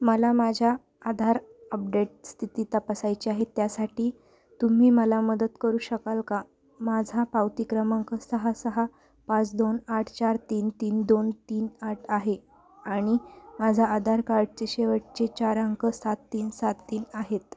मला माझ्या आधार अपडेट स्थिती तपासायची आहे त्यासाठी तुम्ही मला मदत करू शकाल का माझा पावती क्रमांक सहा सहा पाच दोन आठ चार तीन तीन दोन तीन आठ आहे आणि माझा आधार कार्डचे शेवटचे चार अंक सात तीन सात तीन आहेत